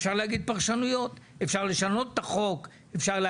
אפשר להגיד פרשנויות; אפשר לשנות את